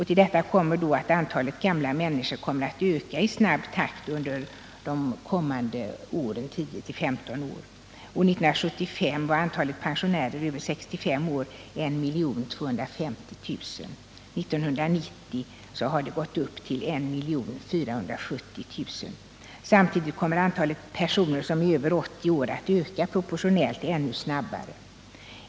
Till detta kommer att antalet gamla människor kommer att öka snabbt under de kommande 10-15 åren. År 1975 var antalet pensionärer över 65 år 1 250 000. År 1990 beräknas antalet pensionärer vara ca 1 470 000. Samtidigt kommer antalet personer över 80 år att öka proportionellt ännu snabbare.